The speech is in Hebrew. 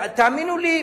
תאמינו לי,